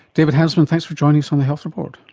david handelsman, thanks for joining us on the health report.